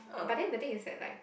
but then the thing is that like